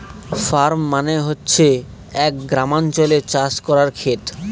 farm মানে হচ্ছে এক গ্রামাঞ্চলে চাষ করার খেত